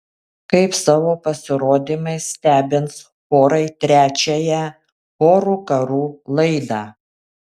kaip savo pasirodymais stebins chorai trečiąją chorų karų laidą